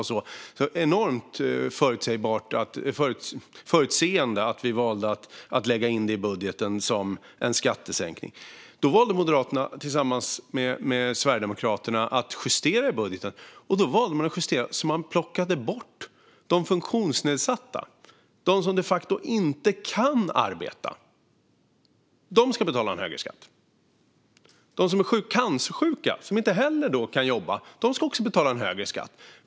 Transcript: Det var enormt förutseende att vi valde att lägga in det i budgeten som en skattesänkning. Men då valde Moderaterna att tillsammans med Sverigedemokraterna justera i budgeten, och man justerade så att man plockade bort de funktionsnedsatta, de som de facto inte kan arbeta, så att de ska betala en högre skatt. De som är cancersjuka och inte heller kan jobba ska också betala en högre skatt.